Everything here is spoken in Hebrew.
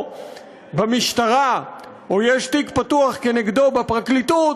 במשטרה או יש תיק פתוח כנגדו בפרקליטות,